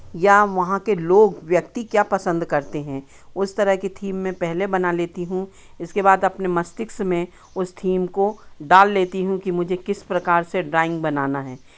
या वहाँ के लोग व्यक्ति क्या पसंद करते हैं उस तरह की थीम मैं पहले बना लेती हूँ इसके बाद अपने मस्तिष्क में उस थीम को डाल लेती हूँ कि मुझे किस प्रकार से ड्राइंग बनाना है